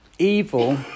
Evil